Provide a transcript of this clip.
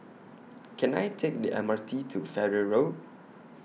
Can I Take The M R T to Farrer Road